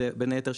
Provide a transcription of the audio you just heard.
בין היתר,